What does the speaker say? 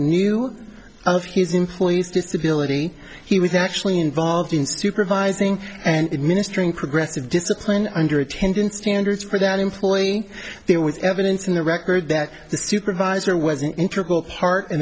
knew of his employees disability he was actually involved in supervising and administering progressive discipline under attendance standards for that employee there was evidence in the record that the supervisor was an interpol part in